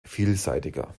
vielseitiger